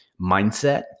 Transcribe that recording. mindset